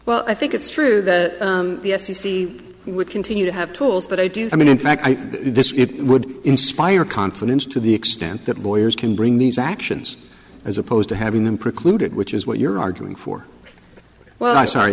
well i think it's true that the f c c would continue to have tools but i do i mean in fact this would inspire confidence to the extent that lawyers can bring these actions as opposed to having them precluded which is what you're arguing for well i'm sorry i